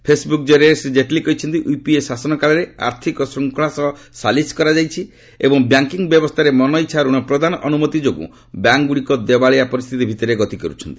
Facebook ଜରିଆରେ ଶ୍ରୀ ଜେଟଲୀ କହିଛନ୍ତି UPA ଶାସନ କାଳରେ ଆର୍ଥିକ ଶୃଙ୍ଖଳା ସହ ସାଲିସ୍ କରାଯାଇଛି ଏବଂ ବ୍ୟାଙ୍କିଙ୍ଗ୍ ବ୍ୟବସ୍ଥାରେ ମନଇଚ୍ଛା ରଣ ପ୍ରଦାନ ଅନୁମତି ଯୋଗୁଁ ବ୍ୟାଙ୍କ୍ଗୁଡ଼ିକ ଦେବାଳିଆ ପରିସ୍ଥିତି ଭିତରେ ଗତି କରୁଛନ୍ତି